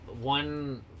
one